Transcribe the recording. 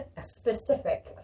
specific